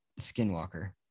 skinwalker